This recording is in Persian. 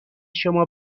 شما